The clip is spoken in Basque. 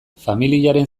familiaren